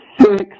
six